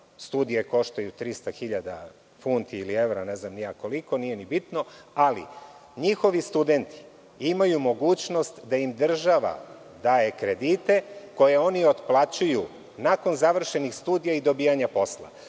studije koštaju 300.000 funti ili evra, nije bitno, ali njihovi studenti imaju mogućnost da im država daje kredite koje oni otplaćuju nakon završenih studija i dobijanja posla. Kakav